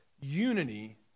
unity